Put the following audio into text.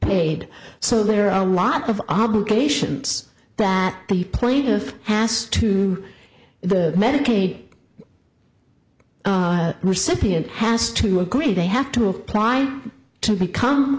paid so there are a lot of obligations that the plaintiff has to the medicaid recipient has to agree they have to apply to become